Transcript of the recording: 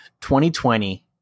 2020